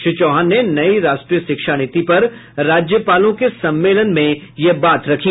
श्री चौहान ने नई राष्ट्रीय शिक्षा नीति पर राज्यपालों के सम्मेलन में यह बात रखी